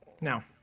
now